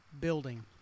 building